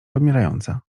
wymierająca